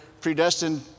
predestined